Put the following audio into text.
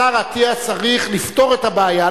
השר אטיאס צריך לפתור את הבעיה,